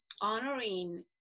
honoring